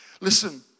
listen